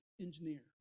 engineer